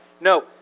No